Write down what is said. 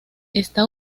está